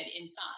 inside